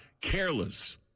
careless